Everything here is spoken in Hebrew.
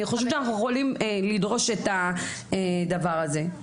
אני חושבת שאנחנו יכולים לדרוש את הדבר הזה.